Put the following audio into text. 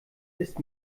ist